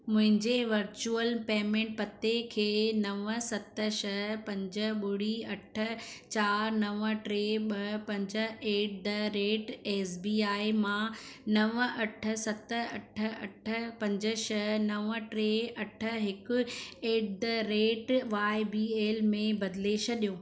मुंहिंजे virtual payment पते खे नव सत छह पंज ॿुड़ी अठ चारि नव टे ॿ पंज at the rate S B I मां नव अठ सत आथ अठ पंज छह नव ट्रे अठ हिकु at the rate Y B L में बदिले छॾियो